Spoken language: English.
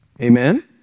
Amen